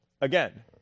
again